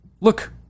look